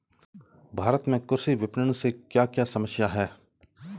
भारत में कृषि विपणन से क्या क्या समस्या हैं?